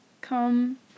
come